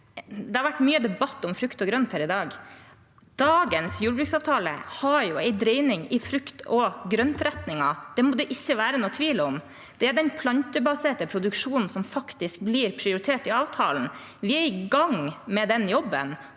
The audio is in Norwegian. Det har vært mye debatt om frukt og grønt her i dag. Dagens jordbruksavtale har en dreining i retning frukt og grønt. Det må det ikke være noen tvil om. Det er den plantebaserte produksjonen som faktisk blir prioritert i avtalen. Vi er i gang med den jobben.